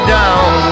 down